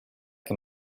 que